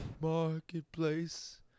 Marketplace